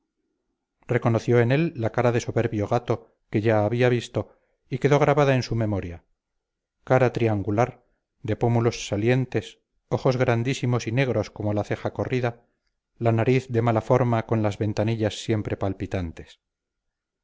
reconoció en él la cara de soberbio gato que ya había visto y quedó grabada en su memoria cara triangular de pómulos salientes ojos grandísimos y negros con la ceja corrida la nariz de mala forma con las ventanillas siempre palpitantes